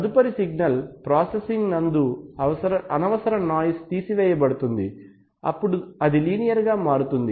తదుపరి signal processing నందు అనవసర నాయిస్ తీసివేయబడుతుంది అప్పుడు అది లీనియర్ గా మారుతుంది